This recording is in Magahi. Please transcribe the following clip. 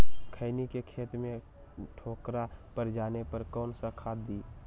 खैनी के खेत में ठोकरा पर जाने पर कौन सा खाद दी?